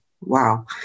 wow